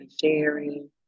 sharing